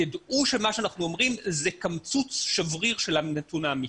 תדעו שמה שאנחנו אומרים זה קמצוץ שבריר של הנתון האמיתי.